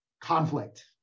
conflict